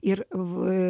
ir v